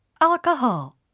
Alcohol